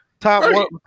top